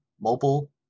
mobile